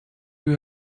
you